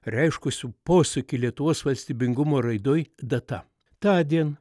reiškusių posūkį lietuvos valstybingumo raidoj data tądien